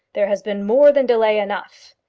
there has been more than delay enough.